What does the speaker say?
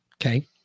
Okay